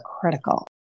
critical